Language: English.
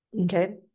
okay